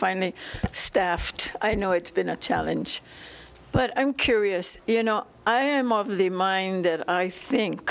finally staffed i know it's been a challenge but i'm curious you know i am of the mind that i think